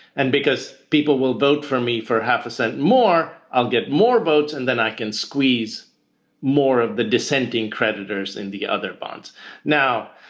and because people will vote for me for half a cent more, i'll get more votes and then i can squeeze more of the dissenting creditors and into other bonds now,